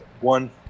one